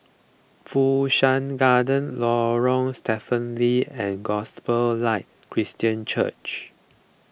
Fu Shan Garden Lorong Stephen Lee and Gospel Light Christian Church